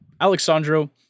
Alexandro